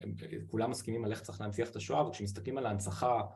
כולם מסכימים על איך צריך להנציח את השואה, וכשמסתכלים על ההנצחה